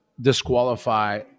disqualify